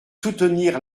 soutenir